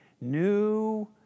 New